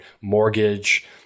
mortgage